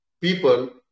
people